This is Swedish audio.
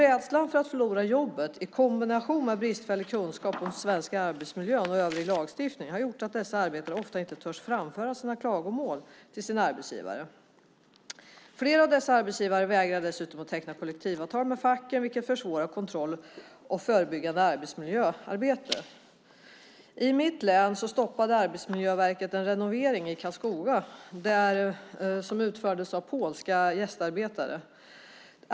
Rädslan för att förlora jobbet i kombination med bristfällig kunskap om svensk arbetsmiljö och övrig lagstiftning har gjort att dessa arbetare ofta inte törs framföra sina klagomål till sin arbetsgivare. Flera av dessa arbetsgivare vägrar dessutom att teckna kollektivavtal med facken, vilket försvårar kontroll och förebyggande arbetsmiljöarbete. I mitt län stoppade Arbetsmiljöverket en renovering i Karlskoga som utfördes av polska gästarbetare.